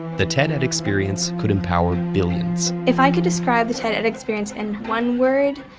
the ted-ed experience could empower billions. if i could describe the ted-ed and experience in one word,